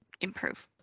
improve